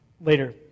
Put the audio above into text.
later